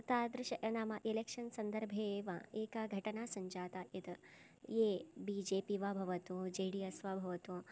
तादृश नाम इलेक्शन् सन्दर्भे एव एका घटना सञ्जाता यत् ये बि जे पी वा भवतु जे डी एस् भवतु